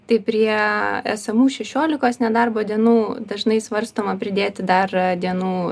tai prie esamų šešiolikos nedarbo dienų dažnai svarstoma pridėti dar dienų